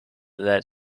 lead